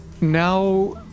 Now